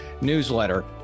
newsletter